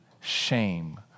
shame